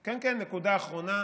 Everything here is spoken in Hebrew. כן כן, נקודה אחרונה,